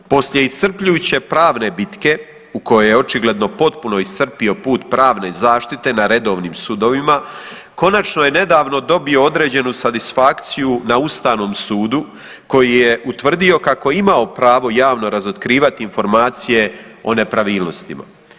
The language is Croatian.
Poslije iscrpljujuće pravne bitke u kojoj je očigledno potpuno iscrpio put pravne zaštite na redovnim sudovima, konačno je nedavno dobio određenu satisfakciju na ustavnom sudu koji je utvrdio kako je imao pravo javno razotkrivati informacije o nepravilnostima.